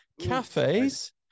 cafes